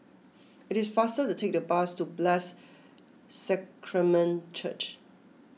it is faster to take the bus to Blessed Sacrament Church